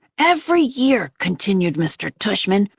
every year, continued mr. tushman,